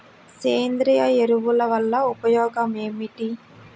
సేంద్రీయ ఎరువుల వల్ల ఉపయోగమేమిటీ?